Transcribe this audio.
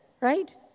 Right